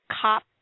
cop